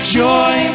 joy